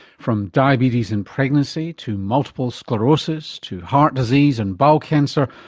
from diabetes in pregnancy, to multiple sclerosis, to heart disease and bowel cancer,